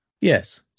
Yes